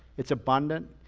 it's abundant,